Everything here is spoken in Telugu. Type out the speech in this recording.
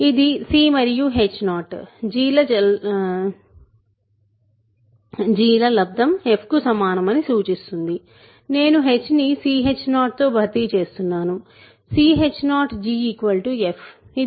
ఇది c మరియు h0 g ల లబ్దం f కు సమానమని సూచిస్తుంది నేను h ని ch0 తో భర్తీ చేస్తున్నాను ch0g f